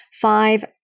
five